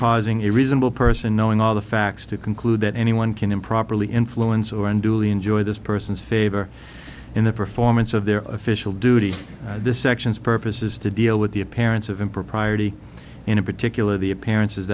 causing a reasonable person knowing all the facts to conclude that anyone can improperly influence or unduly enjoy this person's favor in the performance of their official duty this section's purpose is to deal with the appearance of impropriety in a particular the appearance